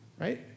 right